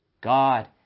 God